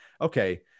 okay